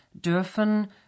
dürfen